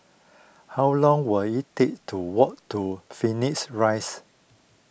how long will it take to walk to Phoenix Rise